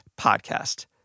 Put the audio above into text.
podcast